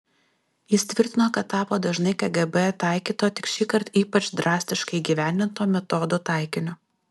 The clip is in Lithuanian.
jis tvirtino kad tapo dažnai kgb taikyto tik šįkart ypač drastiškai įgyvendinto metodo taikiniu